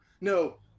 No